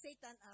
Satan